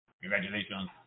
Congratulations